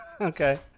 Okay